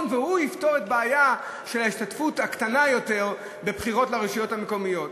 והוא יפתור את הבעיה של ההשתתפות הקטנה יותר בבחירות לרשויות המקומיות?